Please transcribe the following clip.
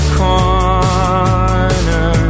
corner